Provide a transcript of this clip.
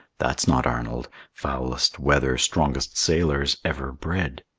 that's not arnold. foulest weather strongest sailors ever bred.